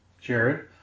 Jared